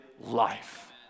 life